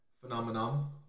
Phenomenon